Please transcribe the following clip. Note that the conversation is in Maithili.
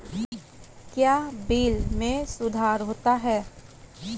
क्या बिल मे सुधार होता हैं?